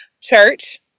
church